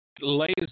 lays